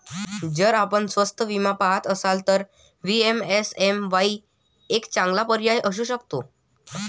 जर आपण स्वस्त विमा पहात असाल तर पी.एम.एस.एम.वाई एक चांगला पर्याय असू शकतो